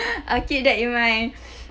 I'll keep that in mind